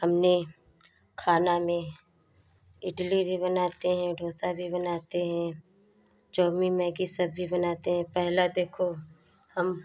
हमने खाना में इडली भी बनाते हैं ढोसा भी बनाते हैं चाउमीन मैग्गी सब भी बनाते हैं पहला देखो हम